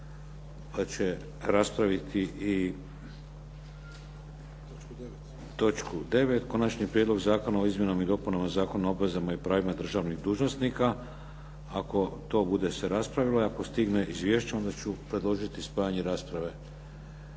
pa će raspraviti i točku 9. Konačni prijedlog zakona o izmjenama i dopunama Zakona o obvezama i pravima državnih dužnosnika ako to bude se raspravilo i ako stigne izvješće onda ću predložiti spajanje rasprave